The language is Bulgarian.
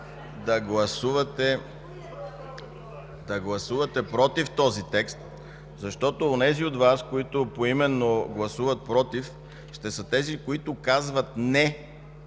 да гласувате „против” този текст, защото онези от Вас, които поименно гласуват „против”, ще са тези, които казват „не”